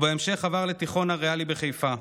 ובהמשך עבר לתיכון הריאלי בחיפה,